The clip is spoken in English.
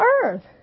earth